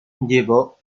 llevó